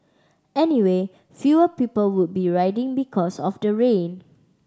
anyway fewer people would be riding because of the rain